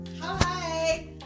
Hi